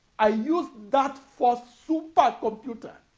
i used that first supercomputer